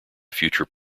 future